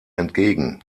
entgegen